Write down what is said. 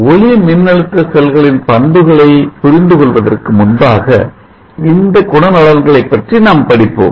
ஒளிமின்னழுத்த செல்களின் பண்புகளை புரிந்து கொள்வதற்கு முன்பாக இந்த குணநலன்களை பற்றி நாம் படிப்போம்